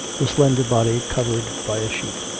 the slender body covered by a sheet.